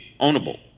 ownable